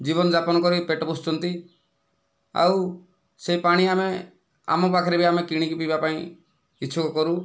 ଜୀବନ ଯାପନ କରି ପେଟ ପୋଷୁଛନ୍ତି ଆଉ ସେ ପାଣି ଆମେ ଆମ ପାଖରେ ବି ଆମେ କିଣିକି ପିଇବା ପାଇଁ ଇଚ୍ଛୁକ କରୁ